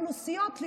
אוכלוסיות,